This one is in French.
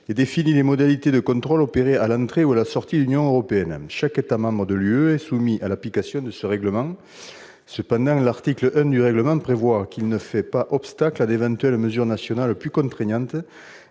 et définit les modalités de contrôles opérés à l'entrée ou à la sortie de l'Union européenne. Chaque État membre de l'Union européenne est soumis à l'application de ce règlement. Cependant, l'article 1 du règlement prévoit qu'il « ne fait pas obstacle à d'éventuelles mesures nationales plus contraignantes